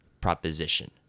proposition